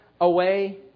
away